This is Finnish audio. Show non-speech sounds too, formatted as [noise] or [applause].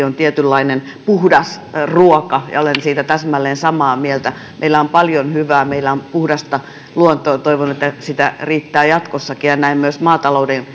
[unintelligible] on tietynlainen puhdas ruoka ja olen siitä täsmälleen samaa mieltä meillä on paljon hyvää meillä on puhdasta luontoa toivon että sitä riittää jatkossakin ja näen myös maatalouden [unintelligible]